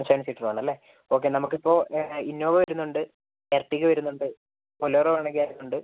seven സീറ്ററാണല്ലെ okay നമുക്കിപ്പോൾ Innova വരുന്നുണ്ട് എർട്ടിഗ വരുന്നുണ്ട് ബൊലേറൊ വേണമെങ്കിൽ അതും ഉണ്ട്